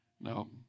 No